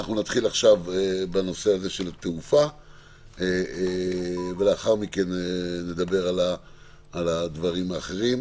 נתחיל בנושא של תעופה ולאחר מכן נדבר על הדברים האחרים.